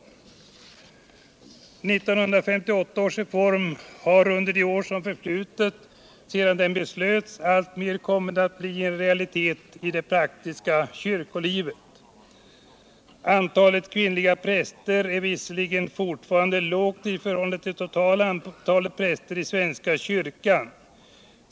1958 års reform har under de år som har förflutit sedan den genomfördes alltmer kommit att bli en realitet i det praktiska kyrkolivet. Antalet kvinnliga präster är visserligen fortfarande lågt i förhållande till totala antalet präster i svenska kyrkan.